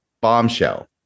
bombshell